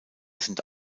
sind